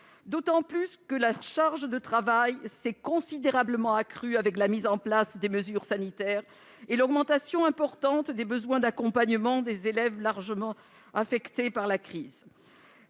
travail des infirmiers scolaires s'est considérablement accrue avec la mise en place des mesures sanitaires et l'augmentation importante des besoins d'accompagnement des élèves affectés par la crise.